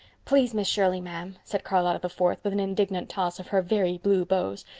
please, miss shirley, ma'am, said charlotta the fourth, with an indignant toss of her very blue bows,